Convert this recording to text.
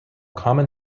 common